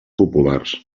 populars